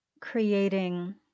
creating